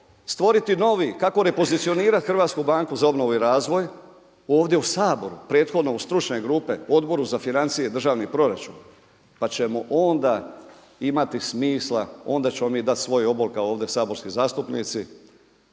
stvoriti novi, kako repozicionirati HBOR ovdje u Saboru, prethodno u stručne grupe, u Odboru za financije i državni proračun pa ćemo onda imati smisla, onda ćemo mi dati svoj obol kao ovdje saborski zastupnici.